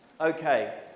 Okay